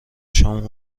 شام